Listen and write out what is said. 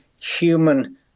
human